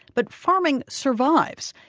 but farming survives.